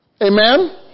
Amen